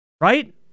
right